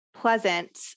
pleasant